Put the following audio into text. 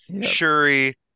Shuri